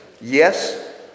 Yes